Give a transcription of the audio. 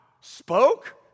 spoke